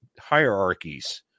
hierarchies